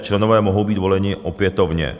Členové mohou být voleni opětovně.